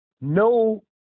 No